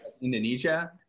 Indonesia